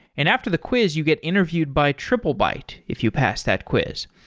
and after the quiz you get interviewed by triplebyte if you pass that quiz.